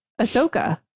ahsoka